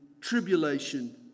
tribulation